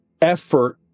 effort